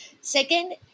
Second